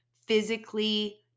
Physically